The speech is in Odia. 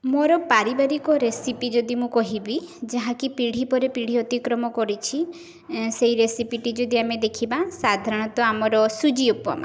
ମୋର ପାରିବାରିକ ରେସିପି ଯଦି ମୁଁ କହିବି ଯାହାକି ପିଢ଼ି ପରେ ପିଢ଼ି ଅତିକ୍ରମ କରିଛି ସେଇ ରେସିପିଟି ଯଦି ଆମେ ଦେଖିବା ସାଧାରଣତଃ ଆମର ସୁଜି ଉପମା